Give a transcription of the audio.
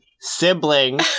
sibling